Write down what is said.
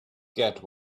get